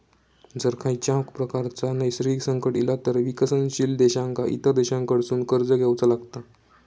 जर खंयच्याव प्रकारचा नैसर्गिक संकट इला तर विकसनशील देशांका इतर देशांकडसून कर्ज घेवचा लागता